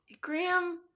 Graham